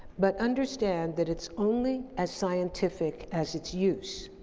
but understand that it's only as scientific as its use.